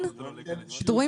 פיטורים